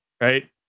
right